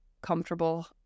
comfortable